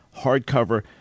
hardcover